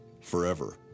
forever